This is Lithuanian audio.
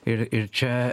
ir ir čia